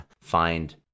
find